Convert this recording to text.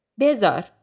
bezar